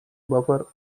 buffer